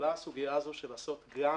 הועלתה הסוגיה של לעשות את זה גם